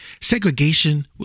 segregation